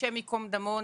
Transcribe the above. השם ייקום דמו,